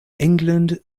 england